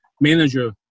manager